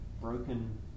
broken